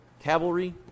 Cavalry